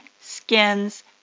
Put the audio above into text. skin's